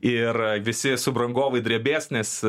ir visi subrangovai drebės nes